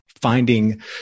finding